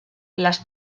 las